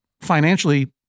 financially